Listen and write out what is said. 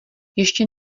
ještě